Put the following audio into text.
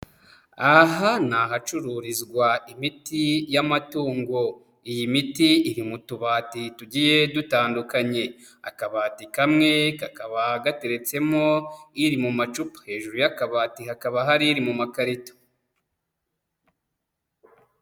Aha ni ahacururizwa imiti y'amatungo. Iyi miti iri mu tubati tugiye dutandukanye. Akabati kamwe kakaba gateretsemo iri mu macupa. Hejuru y'akabati hakaba hari iri mu makarito.